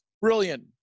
brilliant